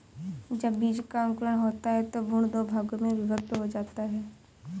जब बीज का अंकुरण होता है तो भ्रूण दो भागों में विभक्त हो जाता है